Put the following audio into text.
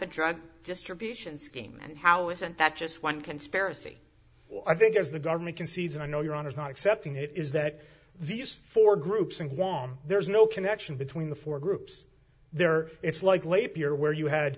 a drug distribution scheme and how isn't that just one conspiracy well i think as the government concedes and i know you're on is not accepting it is that these four groups in guam there's no connection between the four groups there it's like les pure where you had